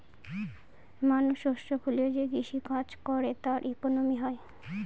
মানুষ শস্য ফলিয়ে যে কৃষি কাজ করে তার ইকোনমি হয়